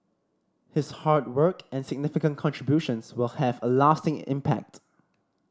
his hard work and significant contributions will have a lasting impact